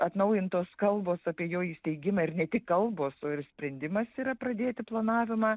atnaujintos kalbos apie jo įsteigimą ir ne tik kalbos o ir sprendimas yra pradėti planavimą